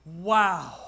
Wow